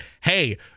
hey